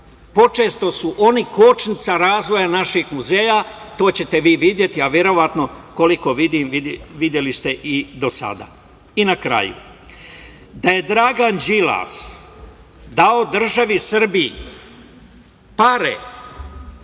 Počesto su oni kočnica razvoja naših muzeja, to ćete vi videti, a verovatno koliko vidim, videli ste i do sada. Na kraju, da je Dragan Đilas dao državi Srbiji pare